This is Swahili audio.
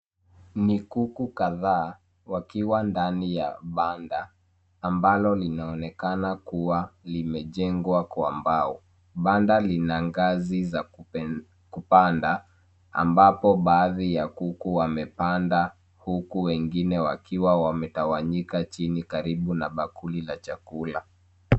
Ni kuku kadhaa wakiwa ndani ya banda ambalo linaonekana kuwa limejengwa kwa mbao. Banda lina ngazi za kupanda ambapo baadhi ya kuku wamepanda huku wengine wakiwa wametawanyika chini karibu na bakuli la chakula.